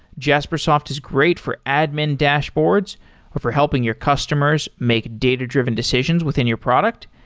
jaspersoft is great for admin dashboards or for helping your customers make data-driven decisions within your product,